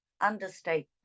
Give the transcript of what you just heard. understate